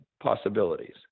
possibilities